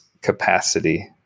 capacity